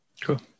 Cool